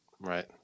Right